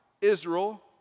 Israel